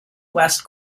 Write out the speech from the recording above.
west